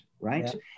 right